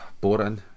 Boring